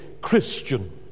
Christian